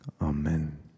Amen